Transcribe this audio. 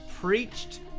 preached